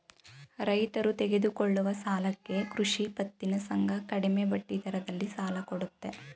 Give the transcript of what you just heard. ರೈತರು ತೆಗೆದುಕೊಳ್ಳುವ ಸಾಲಕ್ಕೆ ಕೃಷಿ ಪತ್ತಿನ ಸಂಘ ಕಡಿಮೆ ಬಡ್ಡಿದರದಲ್ಲಿ ಸಾಲ ಕೊಡುತ್ತೆ